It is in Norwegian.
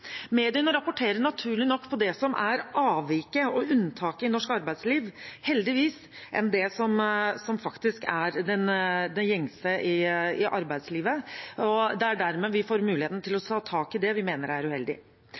Mediene rapporterer naturlig nok mer på det som er avviket og unntaket i norsk arbeidsliv, heldigvis, enn det som faktisk er det gjengse i arbeidslivet, og dermed får vi muligheten til å ta tak i det vi mener er uheldig.